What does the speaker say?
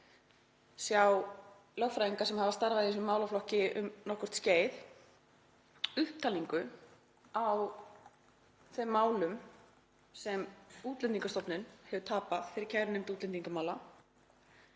sjá lögfræðingar sem hafa starfað í þessum málaflokki um nokkurt skeið upptalningu á þeim málum sem Útlendingastofnun hefur tapað fyrir kærunefnd útlendingamála